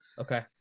Okay